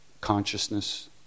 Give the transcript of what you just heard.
consciousness